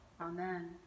Amen